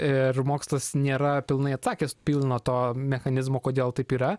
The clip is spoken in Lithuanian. ir mokslas nėra pilnai atsakęs pilno to mechanizmo kodėl taip yra